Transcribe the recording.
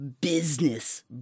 business